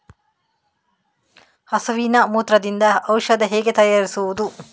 ಹಸುವಿನ ಮೂತ್ರದಿಂದ ಔಷಧ ಹೇಗೆ ತಯಾರಿಸುವುದು?